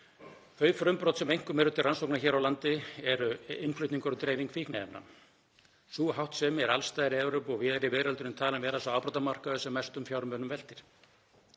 Þau frumbrot sem einkum eru til rannsóknar hér á landi eru innflutningur og dreifing fíkniefna. Sú háttsemi er alls staðar í Evrópu og víðar í veröldinni talin vera sá afbrotamarkaður sem mestum fjármunum veltir.